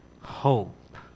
hope